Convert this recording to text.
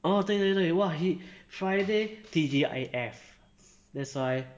orh 对对对 !wah! he friday T_G_I_F that's why